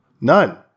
none